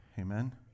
amen